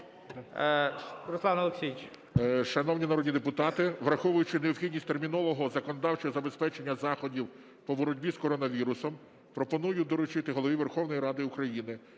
Шановні народні депутати, враховуючи необхідність термінового законодавчого забезпечення заходів по боротьбі з коронавірусом, пропоную доручити Голові Верховної Ради України